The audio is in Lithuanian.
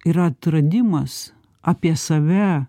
yra atradimas apie save